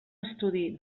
estudi